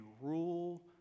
rule